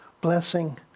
blessing